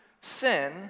sin